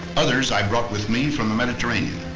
others i brought with me from the mediterranean.